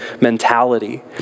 mentality